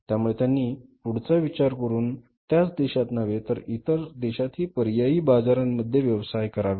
त्यामुळे त्यांनी पुढचा विचार करून त्याच देशात नव्हे तर इतर देशातही पर्यायी बाजारांमध्ये व्यवसाय करावे